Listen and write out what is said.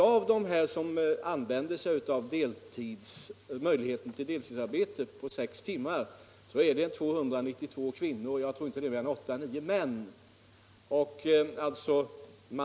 Av dem som använder möjligheten till deltidsarbete omfattande sex timmar per dag är 292 kvinnor medan jag vill minnas att inte mer än 8 eller 9 är män.